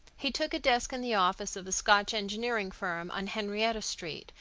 he took a desk in the office of a scotch engineering firm on henrietta street,